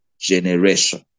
generation